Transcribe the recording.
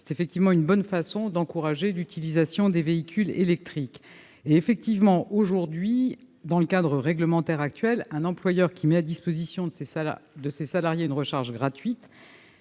de travail est une bonne façon d'encourager l'utilisation des véhicules électriques. Aujourd'hui, dans le cadre réglementaire actuel, un employeur qui met à disposition de ses salariés une recharge gratuite